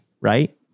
right